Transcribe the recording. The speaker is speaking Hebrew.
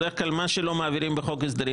בדרך כלל מה שלא מעבירים בחוק ההסדרים,